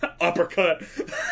Uppercut